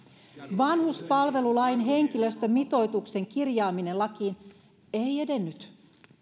vanhuspalvelulain henkilöstömitoituksen kirjaaminen lakiin ei edennyt